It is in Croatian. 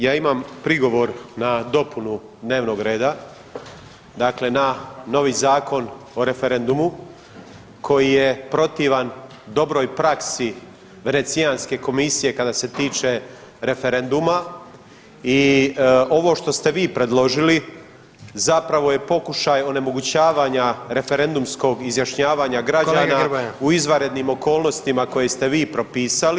Ja imam prigovor na dopunu dnevnog reda, dakle na novi Zakon o referendumu koji je protivan dobroj praksi Venecijanske komisije kada se tiče referenduma i ovo što ste vi predložili zapravo je pokušaj onemogućavanja referendumskog izjašnjavanja građana [[Upadica predsjednik: Kolega Grmoja.]] u izvanrednim okolnostima koje ste vi propisali.